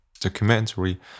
Documentary